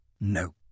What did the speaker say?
No